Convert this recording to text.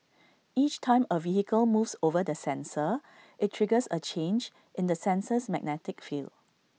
each time A vehicle moves over the sensor IT triggers A change in the sensor's magnetic field